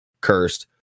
cursed